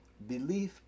Belief